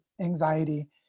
anxiety